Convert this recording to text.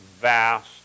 vast